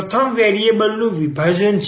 પ્રથમ વેરિએબલ નું વિભાજન છે